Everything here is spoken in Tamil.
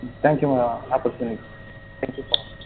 ம் தேங்க்யூ ஆப்பர்ச்சூனிட்டி தேங்க்யூ ஃபார்